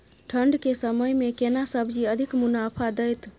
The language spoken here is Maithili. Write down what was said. ठंढ के समय मे केना सब्जी अधिक मुनाफा दैत?